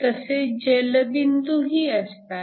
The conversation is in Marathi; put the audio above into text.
तसेच जलबिंदूही असतात